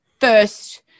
First